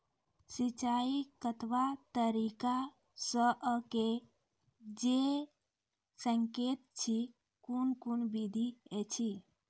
सिंचाई कतवा तरीका सअ के जेल सकैत छी, कून कून विधि ऐछि?